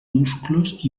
musclos